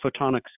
photonics